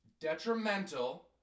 detrimental